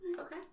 Okay